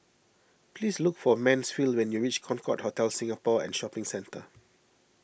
please look for Mansfield when you reach Concorde Hotel Singapore and Shopping Centre